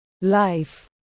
life